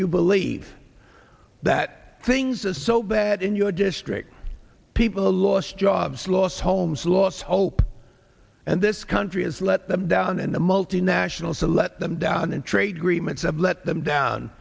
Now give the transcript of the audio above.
you believe that things are so bad in your district people lost jobs lost homes lost hope and this country has let them down and the multinationals to let them down and trade agreements have let them down